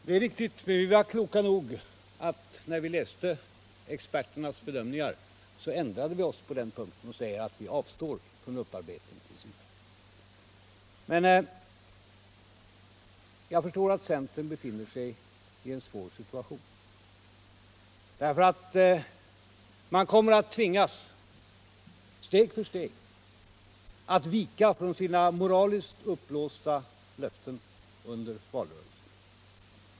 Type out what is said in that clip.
Herr talman! Det är riktigt. Vi var kloka nog, när vi läste experternas bedömningar, att ändra oss på den punkten och säga att vi avstår från upparbetning t. v. Jag förstår att centern befinner sig i en svår situation. Man kommer att tvingas steg för steg att vika från sina moraliskt uppblåsta löften under valrörelsen.